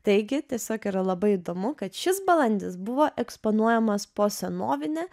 taigi tiesiog yra labai įdomu kad šis balandis buvo eksponuojamas po senovine